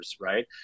right